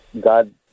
god